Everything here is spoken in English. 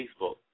Facebook